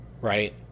right